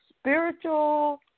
spiritual